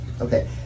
Okay